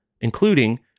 including